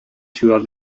ciudad